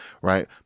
right